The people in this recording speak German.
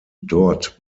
dort